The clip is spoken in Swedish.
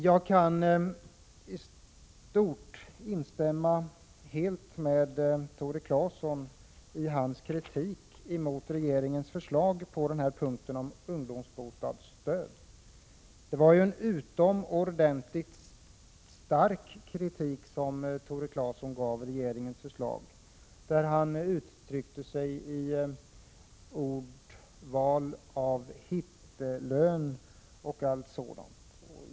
Jag kan helt instämma med Tore Claeson i hans kritik mot regeringens förslag om ungdomsbostadsstöd. Hans kritik var utomordentligt stark, och han använde sig bl.a. av ordet hittelön.